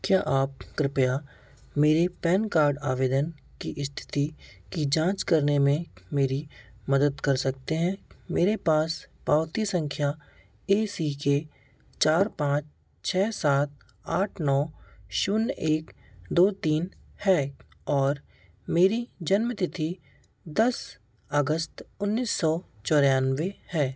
क्या आप कृपया मेरे पैन कार्ड आवेदन की इस्थिति की जाँच करने में मेरी मदद कर सकते हैं मेरे पास पावती सँख्या ए सी के चार पाँच छह सात आठ नौ शून्य एक दो तीन है और मेरी जन्मतिथि दस अगस्त उन्नीस सौ चौरानवे है